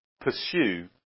pursue